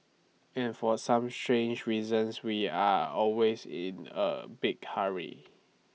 and for some strange reasons we are always in A big hurry